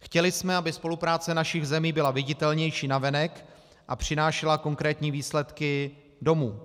Chtěli jsme, aby spolupráce našich zemí byla viditelnější navenek a přinášela konkrétní výsledky domů.